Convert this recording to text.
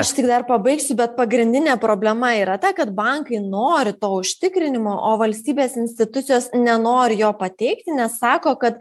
aš tik dar pabaigsiu bet pagrindinė problema yra ta kad bankai nori to užtikrinimo o valstybės institucijos nenori jo pateikti nes sako kad